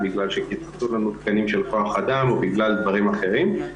בגלל שקיצצו לנו תקנים של כוח אדם או בגלל דברים אחרים.